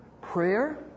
prayer